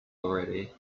already